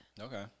Okay